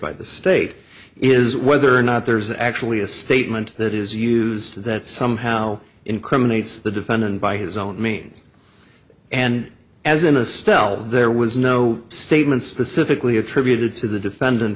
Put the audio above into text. by the state is whether or not there's actually a statement that is used to that somehow incriminates the defendant by his own means and as in a stele there was no statement specifically attributed to the defendant